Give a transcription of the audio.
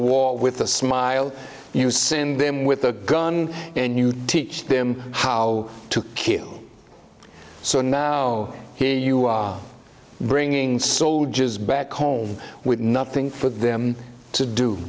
war with a smile you send them with a gun and you teach them how to kill so now here you are bringing soldiers back home with nothing for them to do